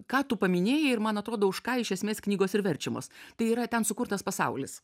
ką tu paminėjai ir man atrodo už ką iš esmės knygos ir verčiamos tai yra ten sukurtas pasaulis